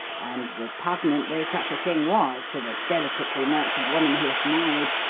and, repugnant though such a thing was to the delicately-nurtured woman he had married,